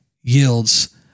yields